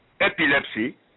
epilepsy